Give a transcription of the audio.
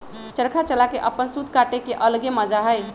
चरखा चला के अपन सूत काटे के अलगे मजा हई